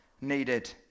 needed